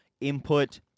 input